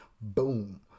Boom